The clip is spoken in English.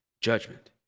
Judgment